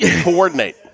coordinate